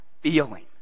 feeling